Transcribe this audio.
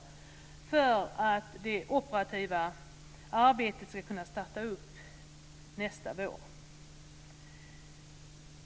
Detta krävs för att det operativa arbetet ska kunna starta nästa vår.